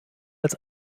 als